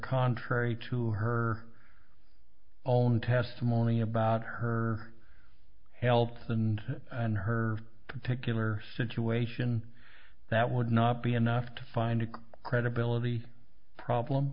contrary to her own testimony about her health and her particular situation that would not be enough to find a credibility problem